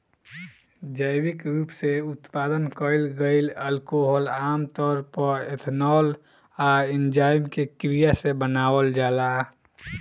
जैविक रूप से उत्पादन कईल गईल अल्कोहल आमतौर पर एथनॉल आ एन्जाइम के क्रिया से बनावल